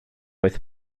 oedd